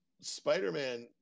Spider-Man